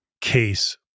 case